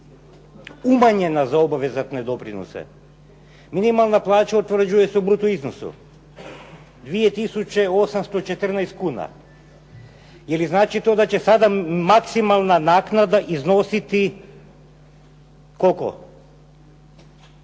umanjena za obavezatne doprinose? Minimalna plaća utvrđuje se u bruto iznosu, 2 tisuće 814 kuna. Je li znači to da će sada maksimalna naknada iznositi, koliko?